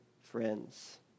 friends